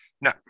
no